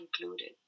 included